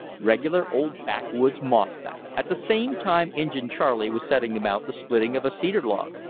regular old backwoods mossback. at the same time injin charley was setting about the splitting of a cedar log.